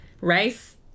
rice